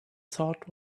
thought